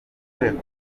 rwego